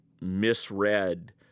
misread